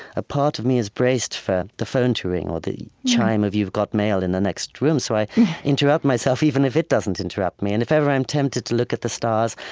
a part of me is braced for the phone to ring or the chime of you've got mail in the next room. so i interrupt myself, even if it doesn't interrupt me. and if ever i'm tempted to look at the stars,